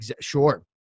sure